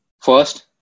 First